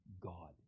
God